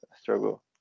struggle